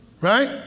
Right